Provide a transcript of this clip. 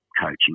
coaching